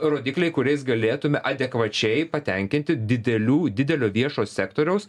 rodikliai kuriais galėtume adekvačiai patenkinti didelių didelio viešo sektoriaus